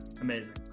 amazing